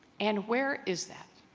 and where is that